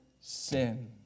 sin